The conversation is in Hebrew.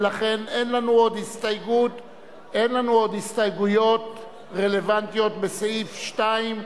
ולכן אין לנו עוד הסתייגויות רלוונטיות בסעיף 2,